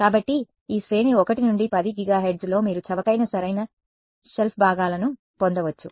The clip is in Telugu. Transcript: కాబట్టి ఈ శ్రేణి 1 నుండి 10 గిగాహెర్ట్జ్లో మీరు చవకైన సరైన షెల్ఫ్ భాగాలను పొందవచ్చు